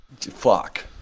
Fuck